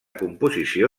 composició